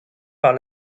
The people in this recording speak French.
par